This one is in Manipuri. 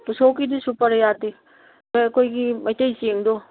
ꯎꯁꯣꯞꯀꯤꯗꯤ ꯁꯨꯄꯔ ꯌꯥꯗꯦ ꯅꯣꯏ ꯑꯩꯈꯣꯏꯒꯤ ꯃꯩꯇꯩ ꯆꯦꯡꯗꯣ